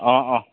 অঁ অঁ